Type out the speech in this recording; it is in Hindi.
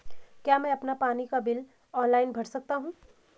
क्या मैं अपना पानी का बिल ऑनलाइन भर सकता हूँ?